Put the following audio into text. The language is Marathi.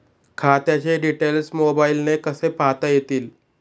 खात्याचे डिटेल्स मोबाईलने कसे पाहता येतील?